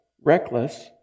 reckless